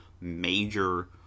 major